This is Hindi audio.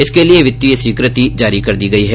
इसके लिये वित्तीय स्वीकृति जारी कर दी गई है